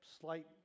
slight